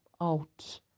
out